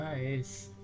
Nice